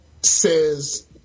says